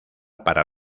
para